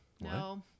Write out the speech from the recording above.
No